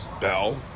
Bell